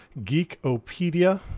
Geekopedia